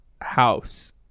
house